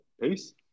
Peace